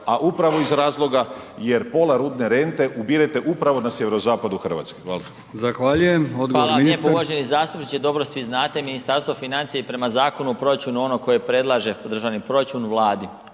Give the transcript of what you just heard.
a upravo iz razloga jer pola rudne rente ubirete na sjeverozapadu Hrvatske. Hvala.